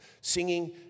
singing